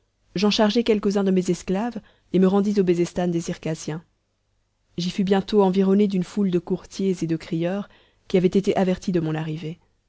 j'en chargeai quelques-uns de mes esclaves et me rendis au bezestan des circassiens j'y fus bientôt environné d'une foule de courtiers et de crieurs qui avaient été avertis de mon arrivée